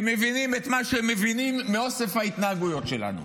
הם מבינים את מה שהם מבינים מאוסף ההתנהגויות שלנו.